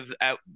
out